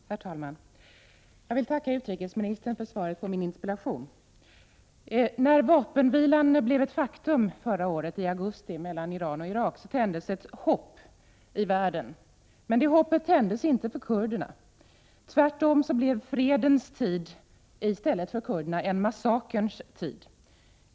Herr talman! Jag vill tacka utrikesministern för svaret på min interpellation. När vapenvilan mellan Iran och Irak blev ett faktum i augusti förra året tändes ett hopp i världen. Men det hoppet tändes inte för kurderna. Tvärtom blev fredens tid för kurderna i stället en massakerns tid.